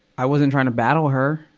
i wasn't trying to battle her.